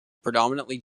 predominantly